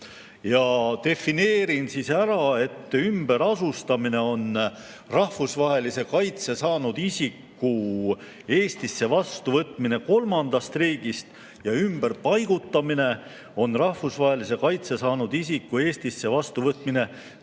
Defineerin ära, et ümberasustamine on rahvusvahelise kaitse saanud isiku Eestisse vastuvõtmine kolmandast riigist ja ümberpaigutamine on rahvusvahelise kaitse saanud isiku Eestisse vastuvõtmine